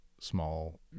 small